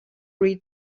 read